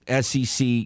SEC